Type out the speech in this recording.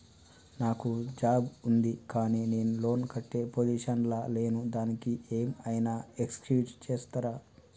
నాకు జాబ్ ఉంది కానీ నేను లోన్ కట్టే పొజిషన్ లా లేను దానికి ఏం ఐనా ఎక్స్క్యూజ్ చేస్తరా?